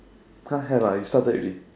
have you started already